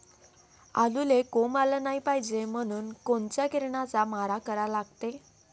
आलूले कोंब आलं नाई पायजे म्हनून कोनच्या किरनाचा मारा करा लागते?